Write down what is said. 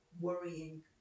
worrying